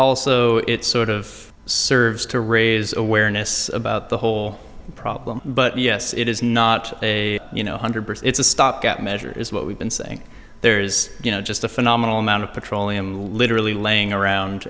also it sort of serves to raise awareness about the whole problem but yes it is not a you know one hundred percent it's a stopgap measure is what we've been saying there is just a phenomenal amount of petroleum literally laying around